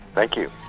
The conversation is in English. thank you.